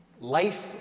Life